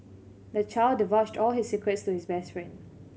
the child divulged all his secrets to his best friend